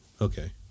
Okay